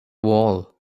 wall